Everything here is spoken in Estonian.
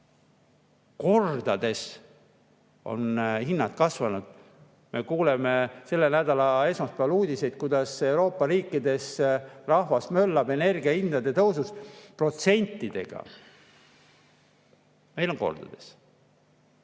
Kordades on hinnad kasvanud. Me kuuleme sellel nädalal uudiseid, kuidas Euroopa riikides rahvas möllab energiahindade tõusu pärast protsentides, meil on [tõusud]